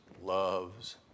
loves